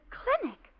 clinic